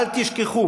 אל תשכחו